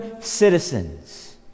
citizens